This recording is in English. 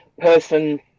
person